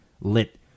lit